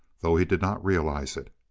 though he did not realize it.